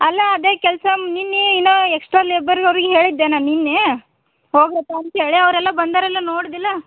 ಅಲ್ಲ ಅದೇ ಕೆಲಸ ನಿನ್ನೆ ಇನ್ನು ಎಷ್ಟೋ ಲೇಬರ್ಗೆ ಅವ್ರಿಗೆ ಹೇಳಿದ್ದೇನಾ ನೆನ್ನೆ ಹೋಗ್ರಪಾ ಅಂತೇಳಿ ಅವರೆಲ್ಲಾ ಬಂದಾರಿಲ್ಲ ನೋಡಿದಿಲ್ಲ